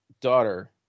daughter